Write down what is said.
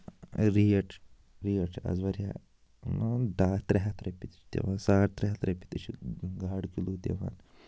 rate چھِ rate چھِ آز واریاہ ڈاے ہَتھ ترٚےٚ ہَتھ رۄپیہِ تہِ چھِ دِوان ساڑ ترٚےٚ ہَتھ رۄپیہِ تہِ چھِ گاڈٕ کِلوٗ دِوان